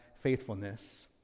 faithfulness